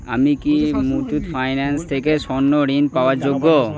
আমি কি মুথুট ফাইন্যান্স থেকে স্বর্ণ ঋণ পাওয়ার যোগ্য